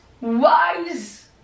wise